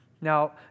Now